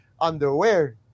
underwear